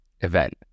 event